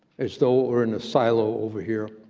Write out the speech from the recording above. as though it were in a silo over here,